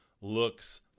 looks